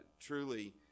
truly